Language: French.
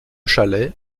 chalet